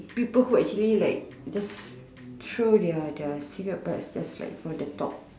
people who actually like just throw their their cigarette bud just like from the top